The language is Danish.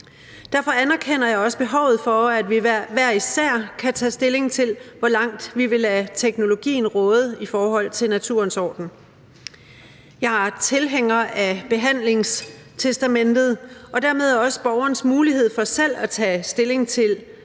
Derfor anerkender jeg også behovet for, at vi hver især kan tage stilling til, hvor langt vi vil lade teknologien råde i forhold til naturens orden. Jeg er tilhænger af behandlingstestamentet og dermed også borgernes mulighed for selv at tage stilling på